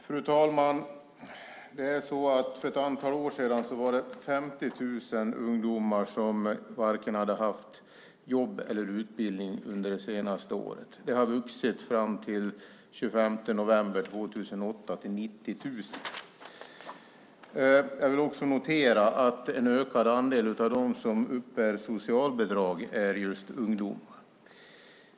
Fru talman! För ett antal år sedan var det 50 000 ungdomar som varken hade haft jobb eller utbildning under det senaste året. Det har fram till den 25 november 2008 vuxit till 90 000. En ökad andel av dem som uppbär socialbidrag är ungdomar.